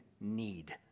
need